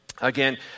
Again